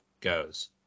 goes